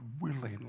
willingly